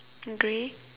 grey